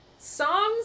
Songs